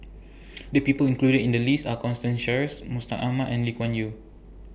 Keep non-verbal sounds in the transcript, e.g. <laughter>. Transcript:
<noise> The People included in The list Are Constance Sheares Mustaq Ahmad and Lee Kuan Yew